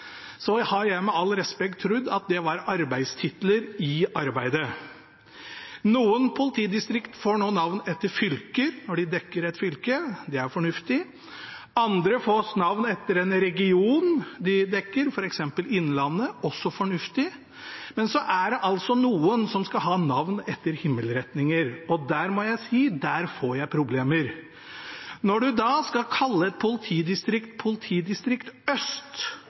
så er det altså noen som skal ha navn etter himmelretninger, og der må jeg si jeg får problemer. Når man skal kalle et politidistrikt for politidistrikt Øst,